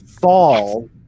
fall